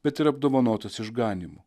bet ir apdovanotas išganymu